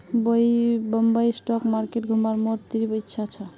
Bombay stock market घुमवार मोर तीव्र इच्छा छ